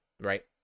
right